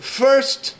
first